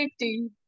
15